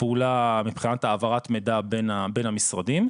פעולה מבחינת העברת מידע בין המשרדים,